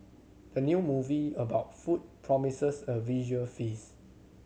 the new movie about food promises a visual feast